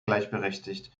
gleichberechtigte